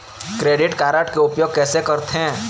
Credit card के उपयोग कैसे करथे?